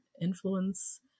influence